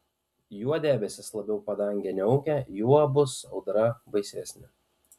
juo debesys labiau padangę niaukia juo bus audra baisesnė